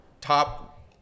top